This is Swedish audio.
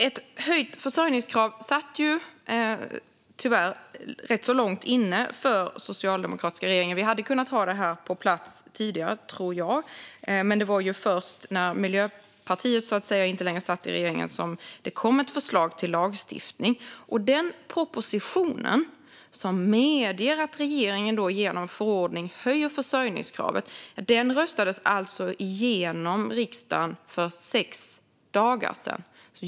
Ett höjt försörjningskrav satt ju tyvärr rätt så långt inne för den socialdemokratiska regeringen. Vi hade kunnat ha det på plats tidigare, tror jag. Det var först när Miljöpartiet inte satt i regeringen som det kom ett förslag till lagstiftning. Den proposition som medger att regeringen genom förordning höjer försörjningskravet röstades igenom riksdagen för sex dagar sedan.